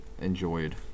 enjoyed